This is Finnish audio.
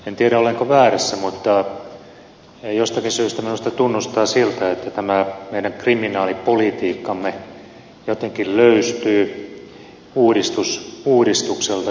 en tiedä olenko väärässä mutta jostakin syystä minusta tuntuu siltä että tämä meidän kriminaalipolitiikkamme jotenkin löystyy uudistus uudistukselta